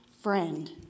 friend